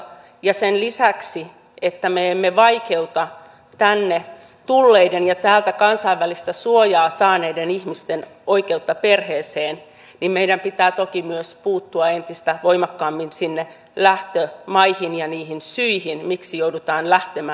ja sen lisäksi että me emme vaikeuta tänne tulleiden ja täältä kansainvälistä suojaa saaneiden ihmisten oikeutta perheeseen meidän pitää toki myös puuttua entistä voimakkaammin sinne lähtömaihin ja niihin syihin miksi joudutaan lähtemään